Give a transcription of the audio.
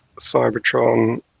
cybertron